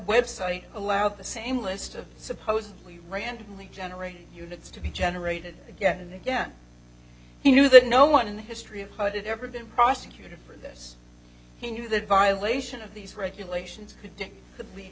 web site allowed the same list of supposedly randomly generated units to be generated again and again he knew that no one in the history of how did it ever been prosecuted for this he knew that violation of these regulations